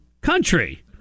country